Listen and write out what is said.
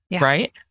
right